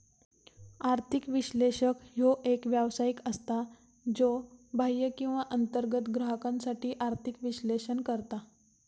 आर्थिक विश्लेषक ह्यो एक व्यावसायिक असता, ज्यो बाह्य किंवा अंतर्गत ग्राहकांसाठी आर्थिक विश्लेषण करता